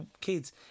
kids